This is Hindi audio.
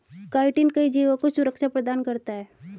काईटिन कई जीवों को सुरक्षा प्रदान करता है